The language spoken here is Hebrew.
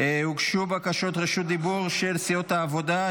הוגשו בקשות רשות דיבור של סיעות העבודה,